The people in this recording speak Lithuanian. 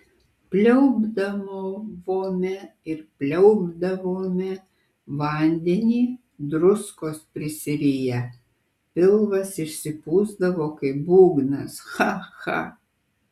pliaupdavome ir pliaupdavome vandenį druskos prisiriję pilvas išsipūsdavo kaip būgnas cha cha